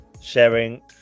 sharing